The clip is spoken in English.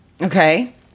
okay